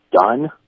done